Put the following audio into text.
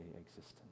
existence